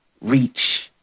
reach